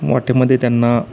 वाटेमध्ये त्यांना